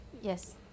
Yes